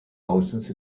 licence